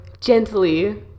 gently